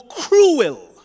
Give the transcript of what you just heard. cruel